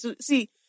see